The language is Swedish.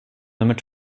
nummer